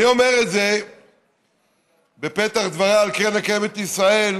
אני אומר את זה בפתח דבריי על קרן קיימת לישראל.